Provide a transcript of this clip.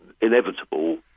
inevitable